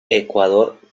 ecuador